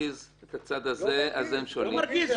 שמרגיז את הצד הזה -- לא מרגיז,